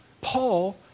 Paul